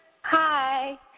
Hi